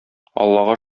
аллага